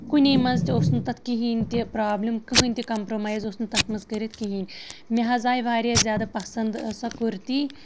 کُنے منٛز تہِ اوس نہٕ تَتھ کِہینۍ تہِ پرابلِم کٕہینۍ تہِ کَمپرومایز اوس نہٕ تَتھ منٛز کٔرِتھ کِہینۍ مےٚ حظ آیہِ واریاہ زیادٕ پسند سۄ کُرتی